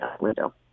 window